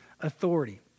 authority